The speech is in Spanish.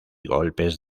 golpes